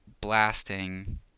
blasting